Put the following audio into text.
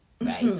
right